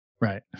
Right